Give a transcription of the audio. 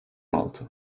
altı